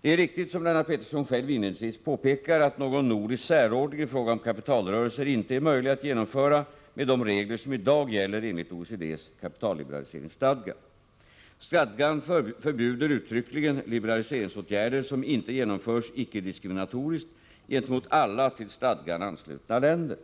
Det är riktigt, som Lennart Pettersson själv inledningsvis påpekar, att någon nordisk särordning i fråga om kapitalrörelser inte är möjlig att genomföra med de regler som i dag gäller enligt OECD:s kapitalliberaliseringsstadga. Stadgan förbjuder uttryckligen liberaliseringsåtgärder som inte genomförs icke-diskriminatoriskt gentemot alla till stadgan anslutna länder.